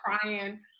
crying